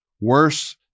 Worse